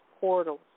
portals